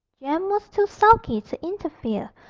jem was too sulky to interfere,